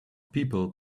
people